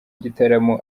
gitaramo